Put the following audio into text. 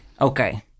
Okay